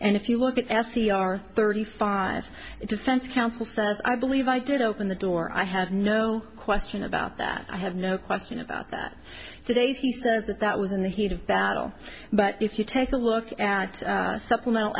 and if you look at s c r thirty five defense counsel says i believe i did open the door i have no question about that i have no question about that today he says that that was in the heat of battle but if you take a look at supplemental